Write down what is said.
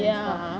ya